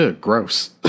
gross